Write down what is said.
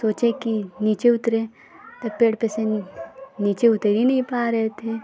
सोचे कि नीचे उतरें त पेड़ पर से नीचे नीचे उतर ही नहीं पा रहे थे